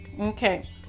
Okay